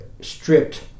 stripped